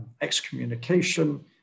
excommunication